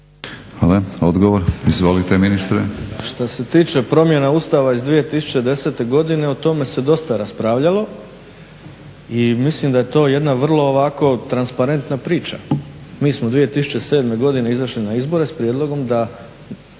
Hvala. Odgovor. Izvolite ministre. **Bauk, Arsen (SDP)** Šta se tiče promjena Ustava iz 2010. godine o tome se dosta raspravljalo i mislim da je to jedna vrlo ovako transparenta priča. Mi smo 2007. godine izašli na izbore s prijedlogom da